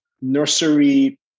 nursery